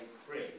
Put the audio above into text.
spring